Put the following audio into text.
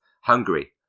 Hungary